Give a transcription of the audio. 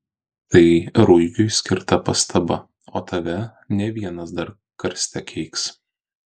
tai ruigiui skirta pastaba o tave ne vienas dar karste keiks